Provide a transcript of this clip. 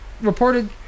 reported